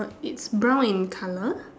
uh it's brown in colour